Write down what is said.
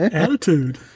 attitude